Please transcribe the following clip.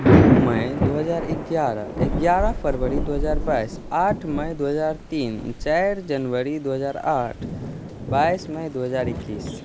दुइ मइ दुइ हजार एगारह एगारह फरवरी दुइ हजार बाइस आठ मइ दुइ हजार तीन चारि जनवरी दुइ हजार आठ बाइस मइ दुइ हजार एकैस